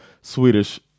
Swedish